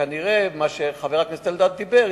וכנראה מה שחבר הכנסת אלדד דיבר,